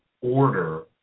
order